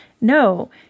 No